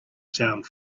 sound